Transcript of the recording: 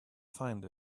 find